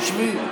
תשבי.